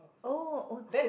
oh oh